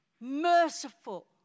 merciful